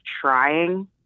trying